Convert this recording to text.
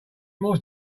more